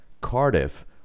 Cardiff